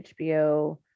HBO